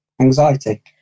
anxiety